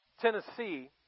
Tennessee